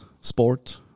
sport